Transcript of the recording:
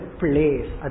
place